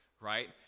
right